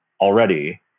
already